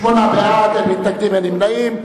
בעד, 8, אין מתנגדים ואין נמנעים.